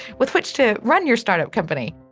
with which to run your startup company